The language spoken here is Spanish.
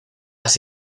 las